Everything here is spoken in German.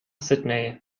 sydney